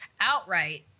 outright